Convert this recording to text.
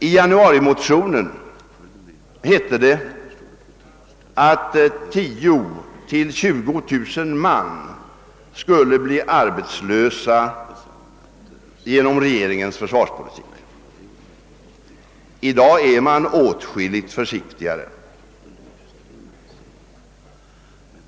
I januarimotionen hette det att 10 000 —20 000 man skulle bli arbetslösa till följd av regeringens försvarspolitik. I dag är man åtskilligt försiktigare.